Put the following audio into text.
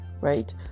right